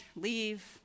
leave